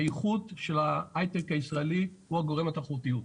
הייחוד של היי-טק הישראלי הוא הגורם לתחרותיות.